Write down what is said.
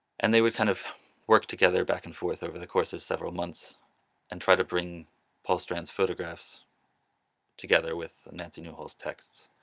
and they would kind of work together back and forth over the course of several months and try to bring paul strand's photographs together with nancy newhall's texts.